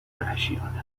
وحشیانه